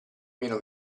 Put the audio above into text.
meno